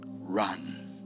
run